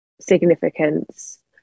significance